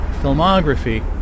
filmography